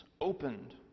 opened